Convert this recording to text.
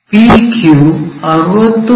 PQ 60 ಮಿ